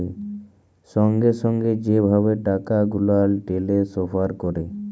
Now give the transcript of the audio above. সঙ্গে সঙ্গে যে ভাবে টাকা গুলাল টেলেসফার ক্যরে